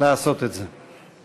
לעשות את זה.